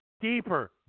deeper